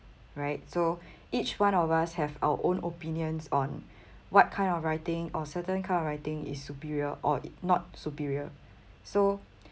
right so each one of us have our own opinions on what kind of writing or certain kind of writing is superior or not superior so